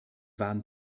waren